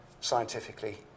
scientifically